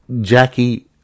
Jackie